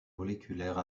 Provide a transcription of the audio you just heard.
moléculaire